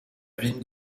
ville